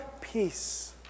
peace